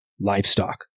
livestock